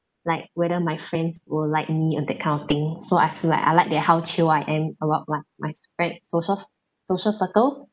like whether my friends will like me or that kind of thing so I feel like I like that how chill I am about my friends and social social circle